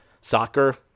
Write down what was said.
soccer